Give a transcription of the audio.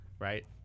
right